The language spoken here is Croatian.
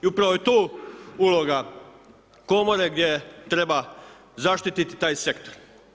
I upravo je tu uloga komore gdje treba zaštititi taj sektor.